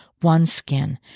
OneSkin